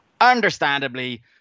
Understandably